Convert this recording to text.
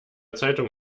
zeitung